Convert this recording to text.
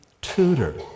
tutor